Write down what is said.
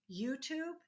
YouTube